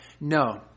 No